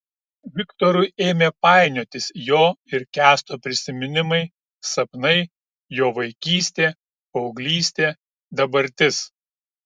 viktorui ėmė painiotis jo ir kęsto prisiminimai sapnai jo vaikystė paauglystė dabartis